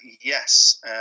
Yes